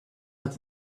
hat